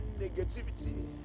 negativity